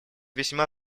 весьма